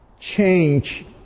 change